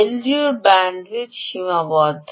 এলডিওর ব্যান্ডউইথ সীমাবদ্ধ